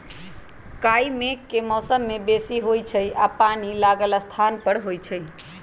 काई मेघ के मौसम में बेशी होइ छइ आऽ पानि लागल स्थान पर होइ छइ